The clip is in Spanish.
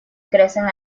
crecen